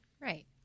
right